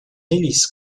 hélice